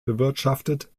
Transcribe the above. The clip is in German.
bewirtschaftet